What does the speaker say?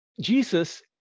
Jesus